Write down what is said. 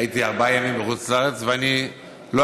אני חייב לומר שאני חזרתי מחוץ לארץ אתמול בערב,